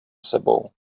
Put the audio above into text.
sebou